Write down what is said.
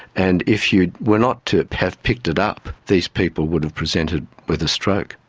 and if you were not to have picked it up, these people would have presented with a stroke.